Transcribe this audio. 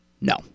No